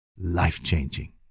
life-changing